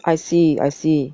I see I see